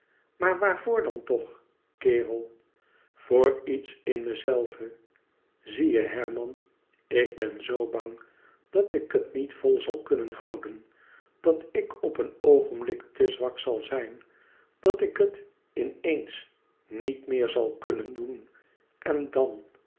maar waarvoor dan toch kerel voor iets in mezelven zie je herman ik ben zoo bang dat ik het niet vol zal kunnen houden dat ik op een oogenblik te zwak zal zijn dat ik het in éens niet meer zal kunnen doen en dan